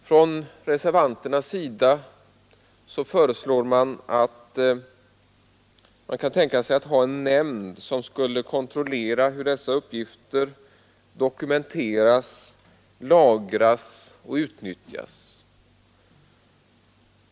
Ett av de av motionärerna nämnda alternativen är att det inrättas en nämnd som kontrollerar hur dessa uppgifter dokumenteras, lagras och utnyttjas.